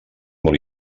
molt